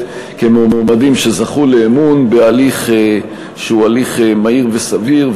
כמועמדים שזכו לאמון בהליך שהוא הליך מהיר וסביר,